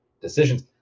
decisions